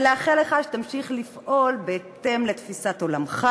ולאחל לך שתמשיך לפעול בהתאם לתפיסת עולמך.